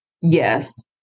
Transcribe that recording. Yes